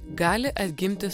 gali atgimti